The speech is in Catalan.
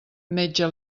metge